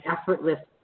effortless